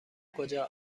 کجا